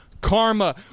karma